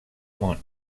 món